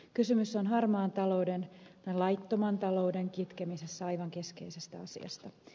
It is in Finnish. kysymys on harmaan talouden laittoman talouden kitkemisessä aivan keskeisestä asiasta